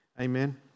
Amen